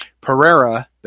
Pereira